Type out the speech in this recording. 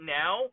now